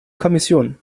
kommission